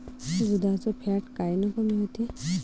दुधाचं फॅट कायनं कमी होते?